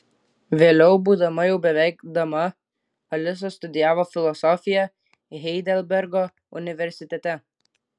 vėliau būdama jau beveik dama alisa studijavo filosofiją heidelbergo universitete